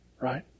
Right